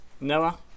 noah